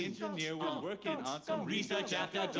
engineer was working on some research after